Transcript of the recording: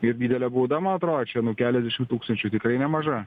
ir didelė bauda man atrodo čia nu keliasdešimt tūkstančių tikrai nemaža